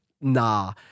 Nah